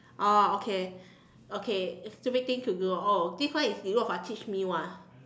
oh okay okay stupid thing to do ah oh this one is Rou-Fan teach me [one]